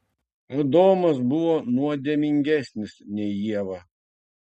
adomas buvo nuodėmingesnis nei ieva